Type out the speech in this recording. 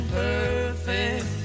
perfect